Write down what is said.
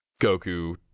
Goku